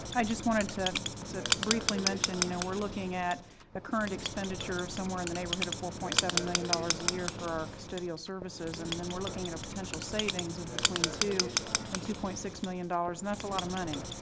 just wanted to to briefly mention, you know we're looking at a current expenditure of somewhere in the neighborhood of four point seven million dollars a year for our custodial services, and then we're looking at a potential savings of between two dollars and two point six million dollars and that's a lot of money.